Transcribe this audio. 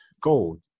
gold